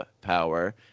power